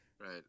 Right